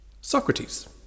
Socrates